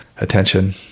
attention